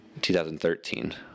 2013